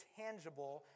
tangible